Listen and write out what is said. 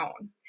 own